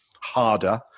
harder